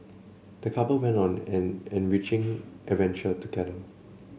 the couple went on an enriching adventure together